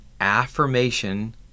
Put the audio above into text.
Affirmation